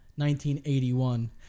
1981